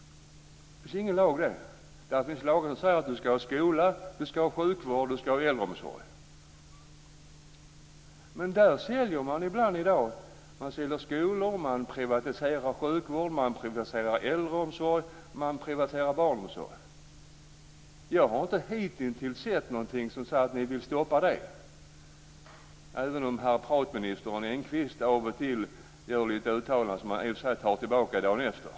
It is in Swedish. Det finns lagar som säger att det skall finnas skola, sjukvård och äldreomsorg. Ibland säljer man skolor och privatiserar sjukvård, äldreomsorg och barnomsorg. Jag har hittills inte sett något som pekar på att ni vill stoppa det, även om herr pratminister Engqvist av och till gör en del uttalanden, som han i och för sig tar tillbaka dagen efteråt.